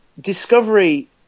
discovery